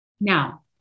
Now